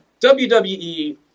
WWE